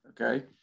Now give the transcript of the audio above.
okay